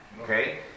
okay